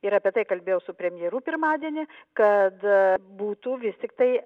ir apie tai kalbėjau su premjeru pirmadienį kad būtų vis tiktai